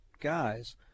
guys